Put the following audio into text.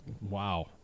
wow